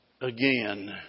again